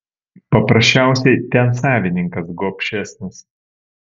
paprasčiausiai ten savininkas gobšesnis